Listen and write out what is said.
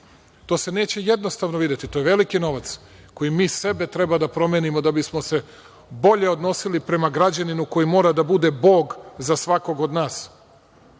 To se neće jednostavno videti, to je veliki novac kojim mi sebe treba da promenimo da bismo se bolje odnosili prema građaninu koji mora da bude bog za svakog od nas. Bio